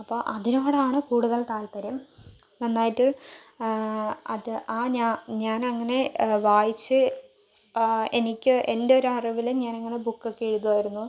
അപ്പം അതിനോടാണ് കൂടുതൽ താല്പര്യം നന്നായിട്ട് അത് ആ ഞാ ഞാനങ്ങനെ വായിച്ച് എനിക്ക് എൻ്റെ ഒര് അറിവില് ഞാനങ്ങനെ ബുക്കൊക്കെ എഴുതുവായിരുന്നു